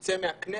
ותצא מהכנסת,